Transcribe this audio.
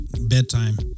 bedtime